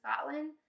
Scotland